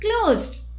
closed